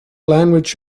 language